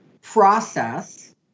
process